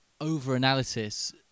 over-analysis